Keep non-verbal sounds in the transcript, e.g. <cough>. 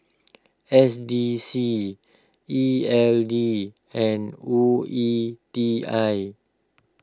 <noise> S D C E L D and O E T I